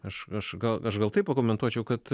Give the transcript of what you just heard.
aš aš gal aš gal taip pakomentuočiau kad